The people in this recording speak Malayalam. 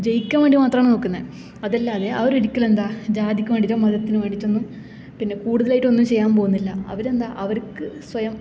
ജയിക്കാന് വേണ്ടി മാത്രാണ് നോക്കുന്നേത് അതല്ലാതെ അവരൊരിക്കലും എന്താ ജാതിക്കു വേണ്ടീട്ടോ മതത്തിനു വേണ്ടീട്ടൊന്നും പിന്നെ കൂടുതലായിട്ട് ഒന്നും ചെയ്യാന് പോകുന്നില്ല അവരെന്താ അവർക്ക് സ്വയം